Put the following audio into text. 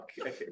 Okay